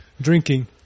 drinking